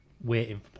waiting